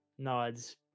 Nods